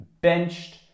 benched